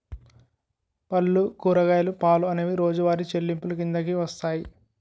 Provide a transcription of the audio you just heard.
పళ్ళు కూరగాయలు పాలు అనేవి రోజువారి చెల్లింపులు కిందకు వస్తాయి